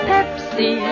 Pepsi